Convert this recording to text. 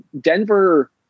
Denver